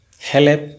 help